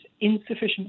insufficient